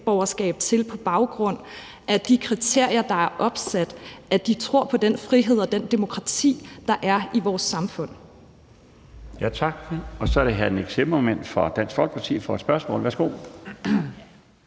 statsborgerskab til – på baggrund af de kriterier, der er opstillet – tror på den frihed og det demokrati, der er i vores samfund.